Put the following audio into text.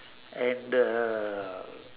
and the